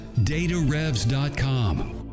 datarevs.com